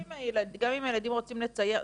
גם אם הילדים רוצים לצייר,